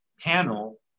panel